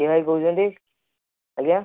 କିଏ ଭାଇ କହୁଛନ୍ତି ଆଜ୍ଞା